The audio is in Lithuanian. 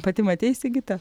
pati matei sigita